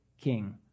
king